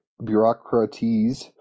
bureaucraties